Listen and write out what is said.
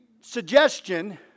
suggestion